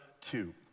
two